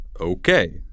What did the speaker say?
Okay